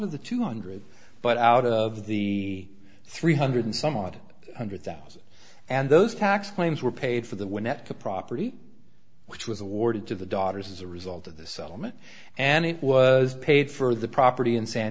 of the two hundred but out of the three hundred some odd hundred thousand and those tax claims were paid for the winnetka property which was awarded to the daughters as a result of this element and it was paid for the property in san